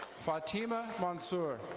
fatima mansour.